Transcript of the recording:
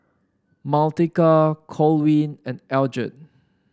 Martika Corwin and Eldred